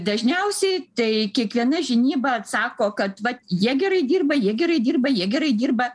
dažniausiai tai kiekviena žinyba atsako kad vat jie gerai dirba jie gerai dirba jie gerai dirba